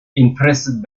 impressed